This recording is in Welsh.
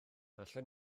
allwn